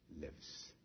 lives